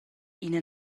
ina